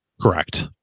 Correct